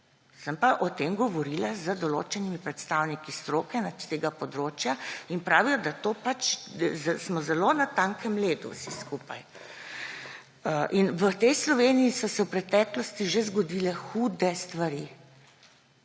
sem pa o tem govorila z določenimi predstavniki stroke s tega področja in pravijo, da smo zelo na tankem ledu vsi skupaj. In v tej Sloveniji so se v preteklosti že zgodile hude stvari.